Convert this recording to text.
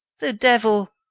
the devil!